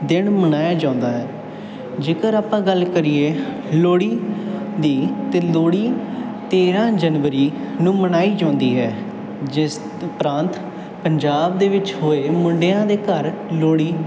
ਦਿਨ ਮਨਾਇਆ ਜਾਂਦਾ ਹੈ ਜੇਕਰ ਆਪਾਂ ਗੱਲ ਕਰੀਏ ਲੋਹੜੀ ਦੀ ਤਾਂ ਲੋਹੜੀ ਤੇਰ੍ਹਾਂ ਜਨਵਰੀ ਨੂੰ ਮਨਾਈ ਜਾਂਦੀ ਹੈ ਜਿਸ ਪ੍ਰਾਂਤ ਪੰਜਾਬ ਦੇ ਵਿੱਚ ਹੋਏ ਮੁੰਡਿਆਂ ਦੇ ਘਰ ਲੋਹੜੀ